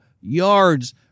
yards